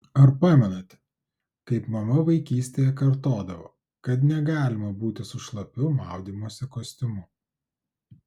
ar pamenate kaip mama vaikystėje kartodavo kad negalima būti su šlapiu maudymosi kostiumu